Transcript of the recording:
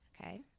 Okay